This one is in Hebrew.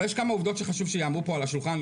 אבל יש כמה עובדות שאני חושב שיאמרו פה על השולחן,